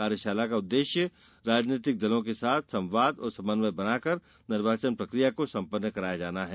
कार्यशाला का उद्देश्य राजनैतिक दलों के साथ संवाद और समन्वय बनाकर निर्वाचन प्रक्रिया को संपन्न कराया जाना हैं